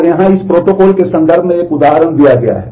और यहां इस प्रोटोकॉल के संदर्भ में एक उदाहरण दिखाया गया है